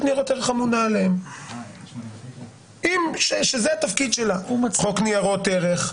לניירות ערך אמונה עליהם וזה התפקיד שלה חוק ניירות ערך,